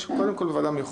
יש, קודם כול, וועדה מיוחדת.